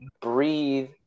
breathe